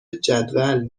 جدول